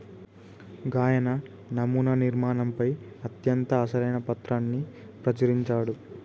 గాయన నమునా నిర్మాణంపై అత్యంత అసలైన పత్రాన్ని ప్రచురించాడు